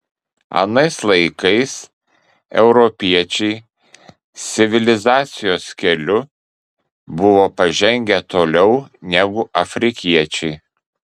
anais laikais europiečiai civilizacijos keliu buvo pažengę toliau negu afrikiečiai